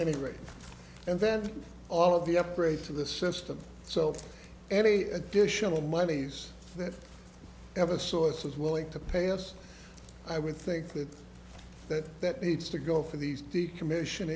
rate and then all of the upgrades to the system so any additional moneys that ever source is willing to pay us i would think that that that needs to go for these decommission